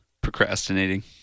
Procrastinating